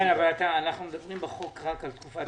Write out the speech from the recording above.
אבל אנחנו מדברים בחוק רק על תקופת הקורונה,